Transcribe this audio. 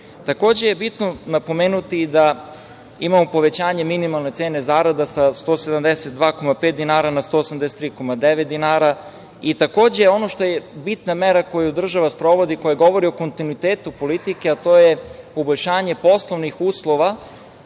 privrede. Bitno je napomenuti da imamo povećanje minimalne cene zarada sa 172,5 dinara na 183,9 dinara. Takođe, bitna mera koju država sprovodi i koja govori o kontinuitetu politike, to je poboljšanje poslovnih uslova